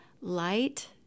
light